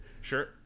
Sure